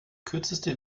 kürzeste